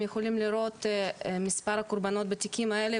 יכולים את מספר הקורבנות בתיקים האלה,